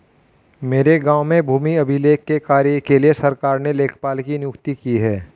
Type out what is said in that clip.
मेरे गांव में भूमि अभिलेख के कार्य के लिए सरकार ने लेखपाल की नियुक्ति की है